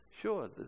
Sure